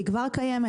היא כבר קיימת.